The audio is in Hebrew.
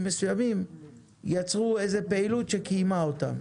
מסוימים יצרו איזו פעילות שקיימה אותם.